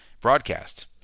broadcast